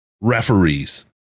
referees